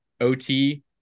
OT